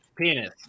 penis